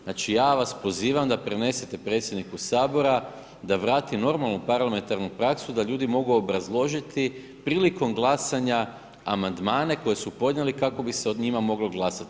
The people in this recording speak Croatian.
Znači, ja vas pozivam, da prenesete predsjedniku Sabora, da vrati normalnu parlamentarnu praksu, da ljudi mogu obrazložiti prilikom glasanja amandmane, koje su podnijeli kako bi se o njima moglo glasati.